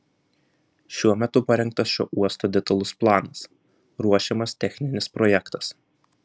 šiuo metu parengtas šio uosto detalus planas ruošiamas techninis projektas